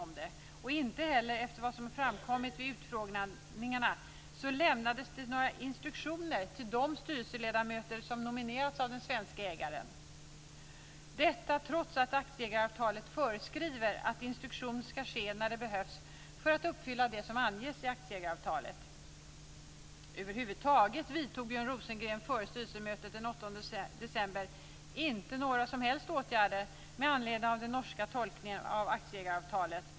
Inte heller har det efter vad som har framkommit vid utfrågningarna lämnats några instruktioner till de styrelseledamöter som har nominerats av den svenska ägaren, detta trots att aktieägaravtalet föreskriver att instruktion ska ske när det behövs för att man ska uppfylla det som anges i aktieägaravtalet. Över huvud taget vidtog Björn Rosengren före styrelsemötet den 8 december inte några som helst åtgärder med anledning av den norska tolkningen av aktieägaravtalet.